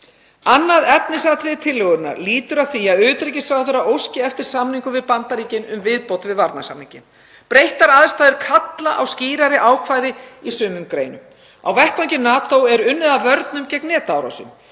Annað efnisatriði tillögunnar lýtur að því að utanríkisráðherra óski eftir samningum við Bandaríkin um viðbót við varnarsamninginn. Breyttar aðstæður kalla á skýrari ákvæði í sumum greinum. Á vettvangi NATO er unnið að vörnum gegn netárásum.